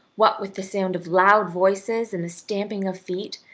what with the sound of loud voices and the stamping of feet,